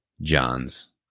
Johns